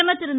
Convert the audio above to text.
பிரதமர் திரு